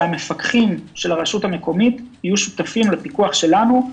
שהפקחים של הרשות המקומית יהיו שותפים לפיקוח שלנו,